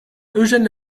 eugène